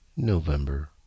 November